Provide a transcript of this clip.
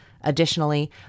Additionally